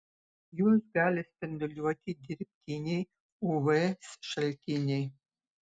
juos gali spinduliuoti dirbtiniai uv šaltiniai